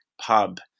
pub